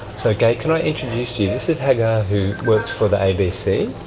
so gaye, can i introduce you? this is hagar who works for the abc,